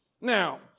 now